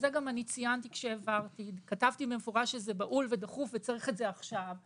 ציינתי כשהעברתי וכתבתי במפורש שזה בהול ודחוף ושצריך את זה עכשיו.